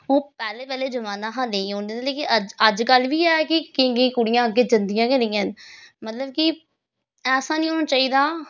ओह् पैह्ले पैह्ले जमान्ने हा नेईं औन दिंदे लेकिन अज्जकल बी ऐ कि केईं केईं कुड़ियांं अग्गें जंदियां गै नी हैन मतलब कि ऐसा नी होना चाहिदा